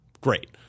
Great